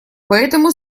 поэтому